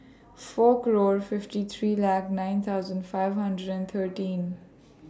four claw fifty three Lake nine thousand five hundred and thirteen